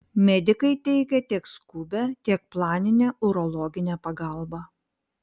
medikai teikia tiek skubią tiek planinę urologinę pagalbą